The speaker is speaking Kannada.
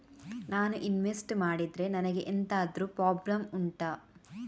ನಾನು ಇನ್ವೆಸ್ಟ್ ಮಾಡಿದ್ರೆ ನನಗೆ ಎಂತಾದ್ರು ಪ್ರಾಬ್ಲಮ್ ಉಂಟಾ